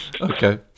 Okay